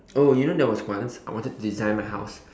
oh you know there was once I wanted to design my house